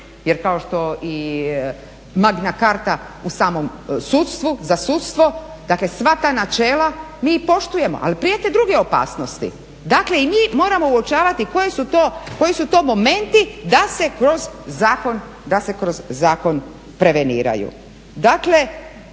Jer kao što i Magna carta u samom sudstvu, za sudstvo, dakle sva ta načela mi poštujemo ali prijete druge opasnosti. Dakle, i mi moramo uočavati koji su to momenti da se kroz zakon preveniraju. Dakle,